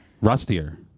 Rustier